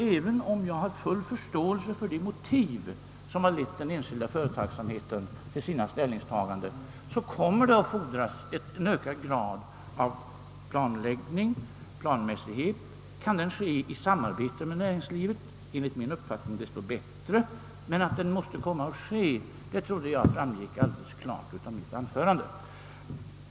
Även om jag har full förståelse för de motiv som leder den enskilda företagsamheten i dess ställningstaganden, så vet jag att det kommer att fordras en ökad grad av planläggning och planmässighet. Kan den ske i samarbete med näringslivet, är det enligt min uppfattning bra. Men att jag anser att den måste ske trodde jag framgick alldeles klart av mitt anförande.